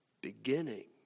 beginning